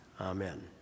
Amen